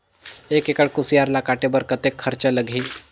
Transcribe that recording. एक एकड़ कुसियार ल काटे बर कतेक खरचा लगही?